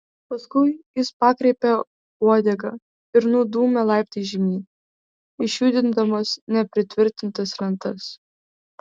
paskui jis pakreipė uodegą ir nudūmė laiptais žemyn išjudindamas nepritvirtintas lentas